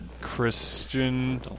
Christian